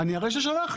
אני אראה ששלחנו.